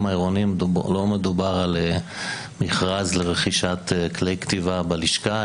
העירוניים לא מדובר על מכרז לרכישת כלי כתיבה בלשכה,